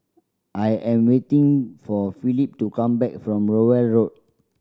I am waiting for Philip to come back from Rowell Road